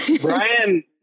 Brian